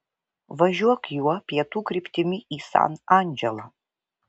važiuok juo pietų kryptimi į san andželą